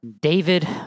David